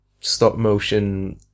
stop-motion